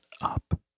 up